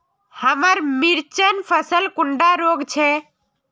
हमार मिर्चन फसल कुंडा रोग छै?